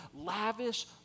lavish